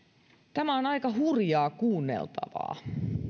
tämä on aika hurjaa kuunneltavaa